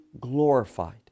glorified